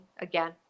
again